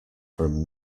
from